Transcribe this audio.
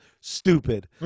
stupid